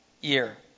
year